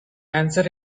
answer